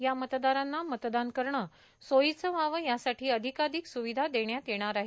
या मतदारांना मतदान करणे सोयीचे व्हावं यासाठी अधिकाधिक स्विधा देण्यात येणार आहेत